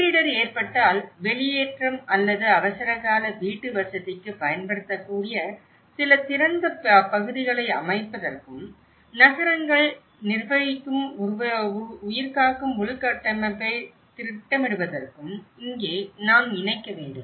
பேரிடர் ஏற்பட்டால் வெளியேற்றம் அல்லது அவசரகால வீட்டுவசதிக்கு பயன்படுத்தக்கூடிய சில திறந்த பகுதிகளை அமைப்பதற்கும் நகரங்கள் நிர்வகிக்கும் உயிர்காக்கும் உள்கட்டமைப்பைத் திட்டமிடுவதற்கும் இங்கே நாம் இணைக்க வேண்டும்